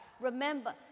Remember